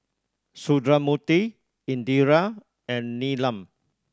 Sundramoorthy Indira and Neelam